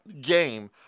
game